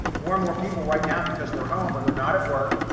more and more people right now because they're home or they're not at work.